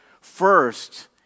first